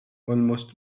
almost